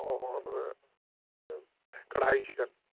اور کڑھائی چکن